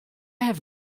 have